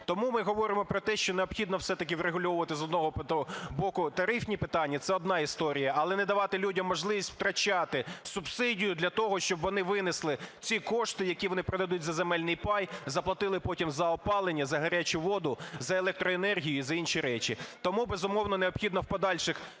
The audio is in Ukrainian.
Тому ми говоримо про те, що необхідно все-таки врегульовувати з одного боку тарифні питання – це одна історія, але не давати людям можливість втрачати субсидію для того, щоб вони винесли ці кошти, які вони продадуть за земельний пай, заплатили потім за опалення, за гарячу воду, за електроенергію і за інші речі. Тому, безумовно, необхідно в подальших